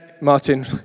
Martin